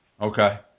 Okay